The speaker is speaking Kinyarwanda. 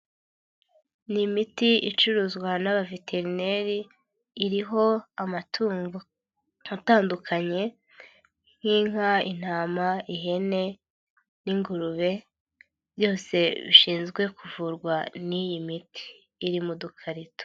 Ni imiti icuruzwa n'abaveterineri iriho amatungo atandukanye nk'inka, intama, ihene n'ingurube byose bishinzwe kuvurwa n'iyi miti iri mu dukarito.